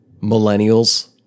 millennials